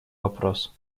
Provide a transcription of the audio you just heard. вопрос